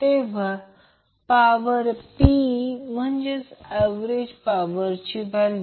तर AC साठी आपण थोडे पाहू